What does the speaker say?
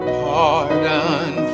pardon